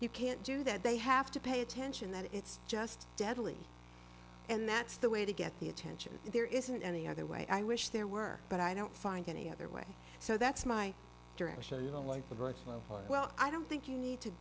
you can't do that they have to pay attention that it's just deadly and that's the way to get the attention and there isn't any other way i wish there were but i don't find any other way so that's my well i don't think you need to